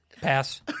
Pass